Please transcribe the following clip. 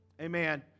Amen